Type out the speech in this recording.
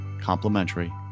complimentary